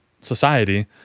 society